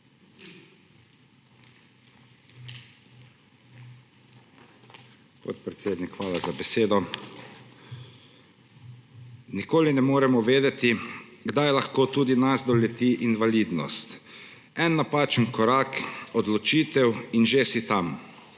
hvala za besedo. Nikoli ne moremo vedeti, kdaj lahko tudi nas doleti invalidnost, en napačen korak, odločitev in že si tam.